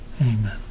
Amen